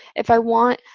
if i want,